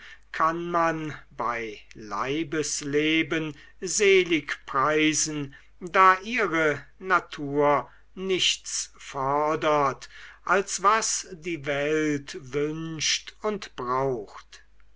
kann man bei leibesleben selig preisen da ihre natur nichts fordert als was die welt wünscht und braucht